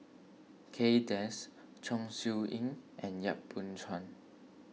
Kay Das Chong Siew Ying and Yap Boon Chuan